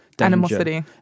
Animosity